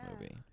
movie